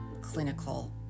clinical